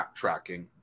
backtracking